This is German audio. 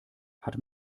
hat